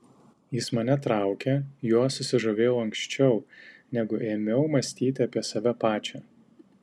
jis mane traukė juo susižavėjau anksčiau negu ėmiau mąstyti apie save pačią